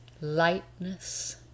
lightness